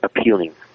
appealing